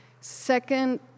second